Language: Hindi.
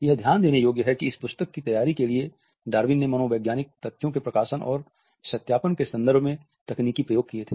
यह ध्यान देने योग्य है कि इस पुस्तक की तैयारी के लिए डार्विन ने मनोवैज्ञानिक तथ्यों के प्रकाशन और सत्यापन के के संदर्भ में तकनीकी प्रयोग किये थे